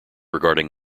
regarding